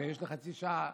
כשיש לי חצי שעה,